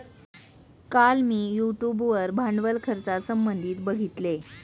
काल मी यूट्यूब वर भांडवल खर्चासंबंधित बघितले